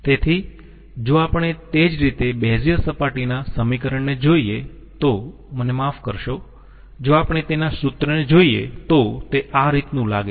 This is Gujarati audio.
તેથી જો આપણે તે જ રીતે બેઝીઅર સપાટીના સમીકરણ ને જોઈએ તો મને માફ કરશો જો આપણે તેના સૂત્રને જોઈએ તો તે આ રીતનું લાગે છે